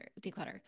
declutter